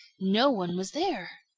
no one was there.